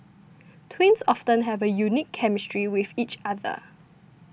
twins often have a unique chemistry with each other